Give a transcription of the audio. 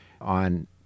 on